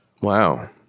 Wow